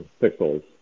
pixels